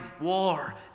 war